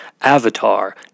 Avatar